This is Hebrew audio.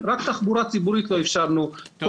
קביעה --- אדוני,